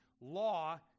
law